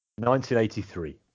1983